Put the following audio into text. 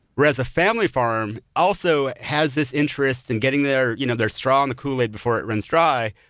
whereas a family farm also has this interest in getting their you know their straw in the kool-aid before it runs dry,